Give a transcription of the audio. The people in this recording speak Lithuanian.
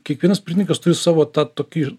kiekvienas pirtininkas turi savo tą tokį